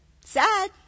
Sad